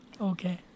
Okay